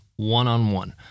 one-on-one